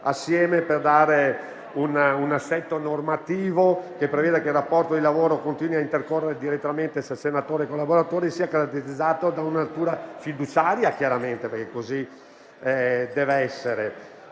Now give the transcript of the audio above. assieme per dare un aspetto normativo che preveda che il rapporto di lavoro continui a intercorrere direttamente fra senatore e collaboratori e sia caratterizzato da una natura fiduciaria - chiaramente, perché così dev'essere